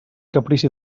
caprici